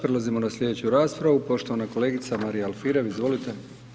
Prelazimo na slijedeću raspravu, poštovana kolegica Marija Alfirev, izvolite.